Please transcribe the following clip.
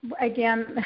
Again